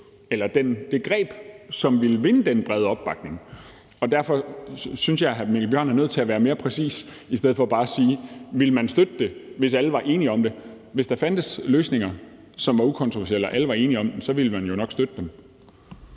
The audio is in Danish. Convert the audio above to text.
på det greb, som ville vinde den brede opbakning. Derfor synes jeg, at hr. Mikkel Bjørn er nødt til at være mere præcis i stedet for bare at spørge, om vi ville støtte det, hvis alle var enige om det. Hvis der fandtes løsninger, som var ukontroversielle, og som alle var enige om, så ville man jo nok støtte dem.